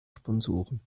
sponsoren